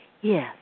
Yes